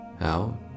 out